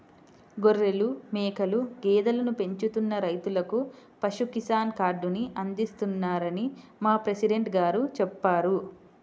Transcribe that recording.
గొర్రెలు, మేకలు, గేదెలను పెంచుతున్న రైతులకు పశు కిసాన్ కార్డుని అందిస్తున్నారని మా ప్రెసిడెంట్ గారు చెప్పారు